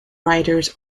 riders